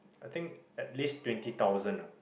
I think at least twenty thousand ah